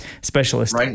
Specialist